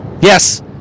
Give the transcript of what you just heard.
Yes